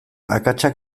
akatsak